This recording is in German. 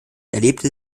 erlebte